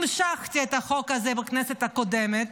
המשכתי את החוק הזה בכנסת הקודמת,